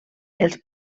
els